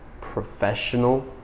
professional